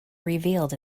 revealed